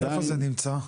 איפה זה נמצא?